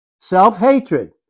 Self-hatred